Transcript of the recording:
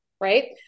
Right